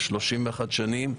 31 שנים.